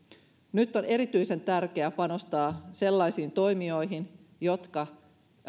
nyt on erityisen tärkeää panostaa sellaisiin toimijoihin jotka